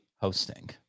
hosting